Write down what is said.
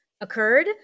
occurred